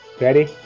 Ready